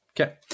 Okay